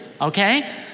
okay